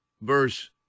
verse